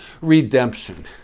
redemption